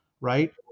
right